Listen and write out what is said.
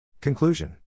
Conclusion